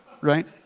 Right